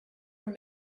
were